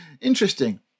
Interesting